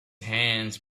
hands